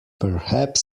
perhaps